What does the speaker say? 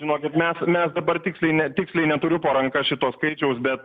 žinokit mes mes dabar tiksliai ne tiksliai neturiu po ranka šito skaičiaus bet